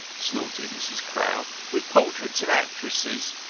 snorted mrs. crowl, with portraits of actresses.